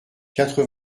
quatre